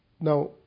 Now